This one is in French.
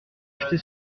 achetés